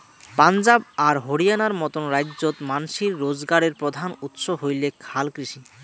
পাঞ্জাব আর হরিয়ানার মতন রাইজ্যত মানষির রোজগারের প্রধান উৎস হইলেক হালকৃষি